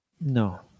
No